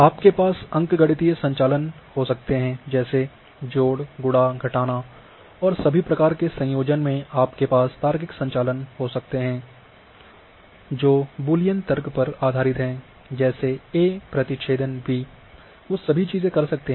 आपके पास अंकगणितीय संचालन हो सकते हैं जैसे जोड़ गुणा घटाना और सभी प्रकार के संयोजन में आपके पास तार्किक संचालन हो सकते हैं जो बूलियन तर्क पर आधारित है जैसे a प्रतिच्छेदन b वो सभी चीज़े कर सकते है